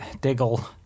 Diggle